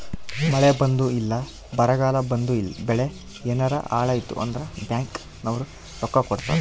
ಮಳೆ ಬಂದು ಇಲ್ಲ ಬರಗಾಲ ಬಂದು ಬೆಳೆ ಯೆನಾರ ಹಾಳಾಯ್ತು ಅಂದ್ರ ಬ್ಯಾಂಕ್ ನವ್ರು ರೊಕ್ಕ ಕೊಡ್ತಾರ